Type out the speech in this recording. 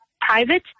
private